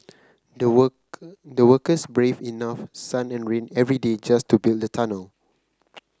the worker the workers braved enough sun and rain every day just to build the tunnel